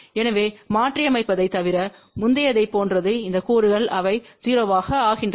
எனவே மாற்றியமைப்பதைத் தவிர முந்தையதைப் போன்றது இந்த கூறுகள் அவை 0 ஆகின்றன